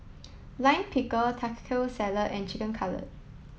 Lime Pickle Salad and Chicken Cutlet